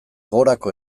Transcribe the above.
gorako